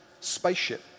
spaceship